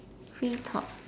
free talk